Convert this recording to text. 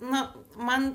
na man